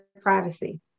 privacy